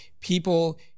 people